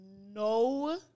no